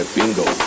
Bingo